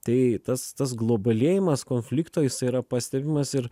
tai tas tas globalėjimas konflikto jisai yra pastebimas ir